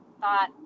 thought